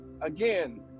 again